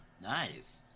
Nice